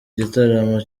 igitaramo